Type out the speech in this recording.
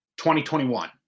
2021